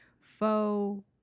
faux